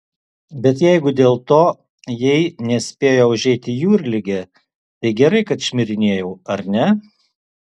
bet jeigu dėl to jai nespėjo užeiti jūrligė tai gerai kad šmirinėjau ar ne